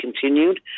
continued